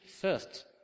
first